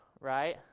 right